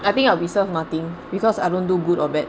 I think I'll be served nothing because I don't do good or bad